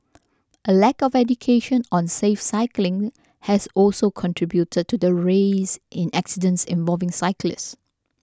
a lack of education on safe cycling has also contributed to the rise in accidents involving cyclists